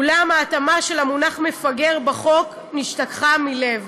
אולם ההתאמה של המונח מפגר בחוק נשתכחה מלב".